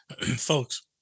Folks